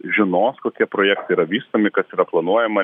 žinos kokie projektai yra vystomi kas yra planuojama